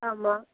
ஆமாம்